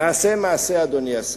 נעשה מעשה, אדוני השר.